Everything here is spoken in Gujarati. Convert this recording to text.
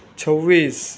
છવ્વીસ